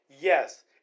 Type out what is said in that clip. Yes